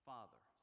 Father